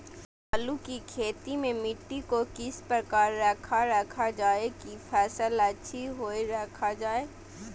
आलू की खेती में मिट्टी को किस प्रकार रखा रखा जाए की फसल अच्छी होई रखा जाए?